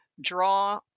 draw